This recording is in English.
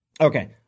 okay